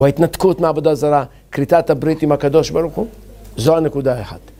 וההתנתקות מעבודה זרה, כריתת הברית עם הקדוש ברוך הוא, זו הנקודה האחת.